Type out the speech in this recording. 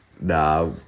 Nah